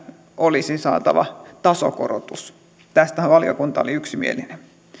olisi saatava tasokorotus tästähän valiokunta oli yksimielinen